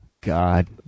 God